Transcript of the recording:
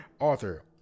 Arthur